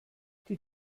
die